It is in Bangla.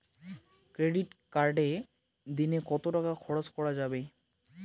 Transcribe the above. ক্রেডিট কার্ডে দিনে কত টাকা খরচ করা যাবে?